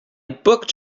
booked